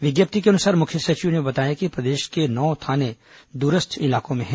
विज्ञप्ति के अनुसार मुख्य सचिव ने बताया कि प्रदेश के नौ थाने दूरस्थ इलाकों में हैं